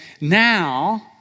Now